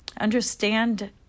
understand